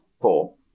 four